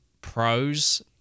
pros